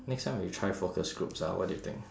next time we try focus groups ah what do you think